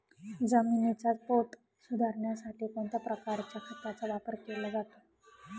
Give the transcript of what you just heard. जमिनीचा पोत सुधारण्यासाठी कोणत्या प्रकारच्या खताचा वापर केला जातो?